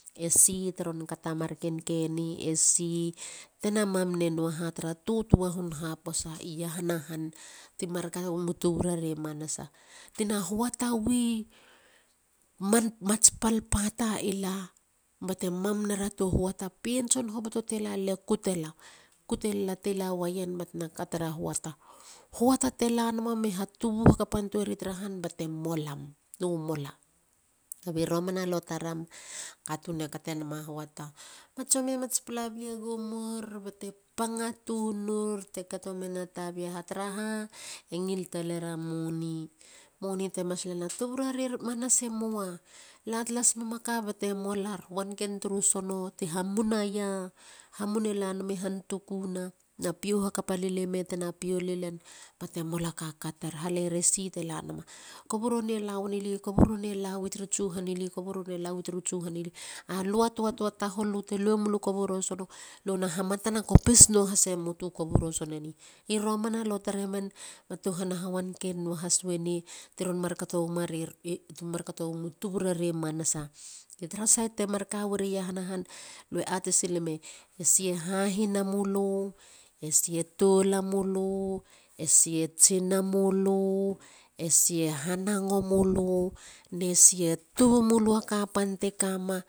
Esi teron kata marken keni. esi tana mam nanou a ha tra tutua hun haposa iahana han. ti mar ka wamu tuburare manasa tina huatawi mats palppata i la bate mam neiera to huata. pien tson hakapa te lala e kutela. huata te lanama mi haa tubu hakapan tueri tra han. bate molamolar. Kabi romana lo taram katun e katenama huata. mats tsomi e gumur. panga tunur te kato mena tabi a ha tara ha e ngil taler a moni. tuburare manasae moa la ta las meiema ka bate molar. wanken tru sono tti hamuna ia. hamune lanami han. tuku na pio hakapa lile me tena pio lilen bate mola kakatar. halere si te ngil te lanama. U koburo e lawi tra mamana marken tsuhana tun. alua tua. tua sono. lu te lue mula tu koburo sono. luna hamate kopis nua haseemou a tua koburo soneni. I romana lo taremen ma tuhana ha wanken nua has wenei teron markato wemu tuburare manasa. tra sait te mar kaweri iahana han. lue atei sileme si. e hahina mulu. ne si e tolamulu. e si e tsinamulu. esi e hanango mulu ne si e tubu mulu a kapan te kamema